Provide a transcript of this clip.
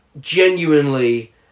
genuinely